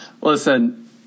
Listen